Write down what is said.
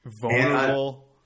vulnerable